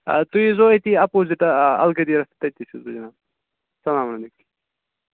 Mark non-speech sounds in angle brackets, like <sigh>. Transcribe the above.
آ تُہۍ ییٖزو أتی اَپوزِٹ اَلغدیٖرَس تٔتی چھُس بہٕ جِناب السَلام <unintelligible>